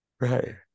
right